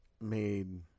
made